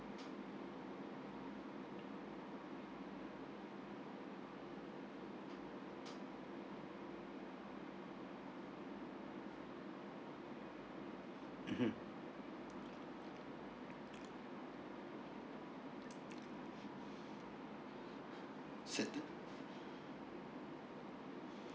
mmhmm settle